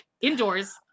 indoors